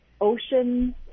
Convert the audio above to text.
ocean